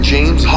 James